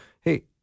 hey